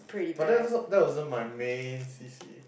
but that~ that wasn't my main c_c_a